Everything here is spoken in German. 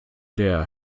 der